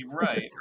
Right